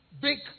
big